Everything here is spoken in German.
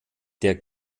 der